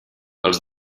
els